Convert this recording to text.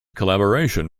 collaboration